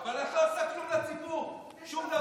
אבל את לא עושה כלום לציבור, שום דבר.